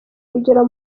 urugero